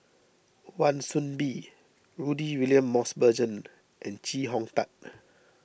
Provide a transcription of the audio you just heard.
Wan Soon Bee Rudy William Mosbergen and Chee Hong Tat